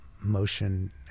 motion